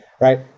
Right